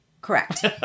Correct